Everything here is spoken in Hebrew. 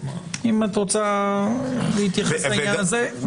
אם את רוצה להתייחס לעניין הזה,